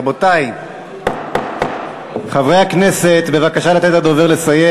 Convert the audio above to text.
רבותי חברי הכנסת, בבקשה לתת לדובר לסיים.